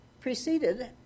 preceded